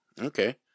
okay